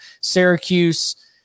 Syracuse